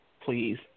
please